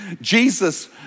Jesus